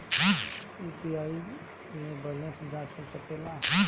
UPI से balance जाँच हो सके ला?